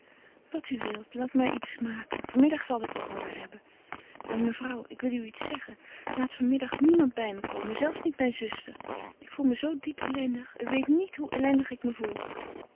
wat u wilt laat u maar iets maken van middag zal ik wel honger hebben maar mevrouw ik wil u iets zeggen laat van middag niemand bij me komen zelfs niet mijn zuster ik voel me zoo diep ellendig u weet niet hoe ellendig ik me voel